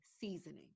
Seasoning